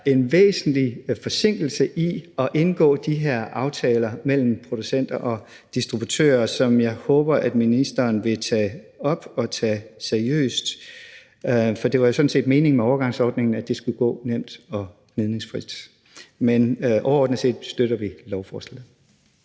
en væsentlig forsinkelse i at indgå de her aftaler mellem producenter og distributører, som jeg håber at ministeren vil tage op og tage seriøst. For det var jo sådan set meningen med overgangsordningen, at det skulle gå nemt og gnidningsfrit. Men overordnet set støtter vi lovforslaget.